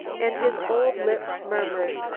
and his old lips murmured,